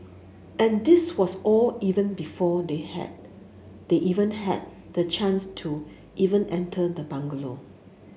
and this was all even before they had they even had the chance to even enter the bungalow